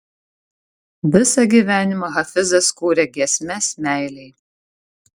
visą gyvenimą hafizas kūrė giesmes meilei